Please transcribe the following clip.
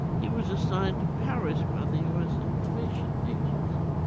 he was assigned to paris by the u s. information agency